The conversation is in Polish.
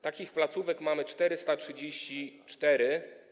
Takich placówek mamy 434.